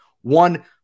One